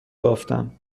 بافتم